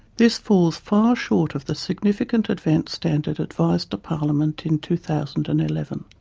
this falls far short of the significant advance standard advised to parliament in two thousand and eleven.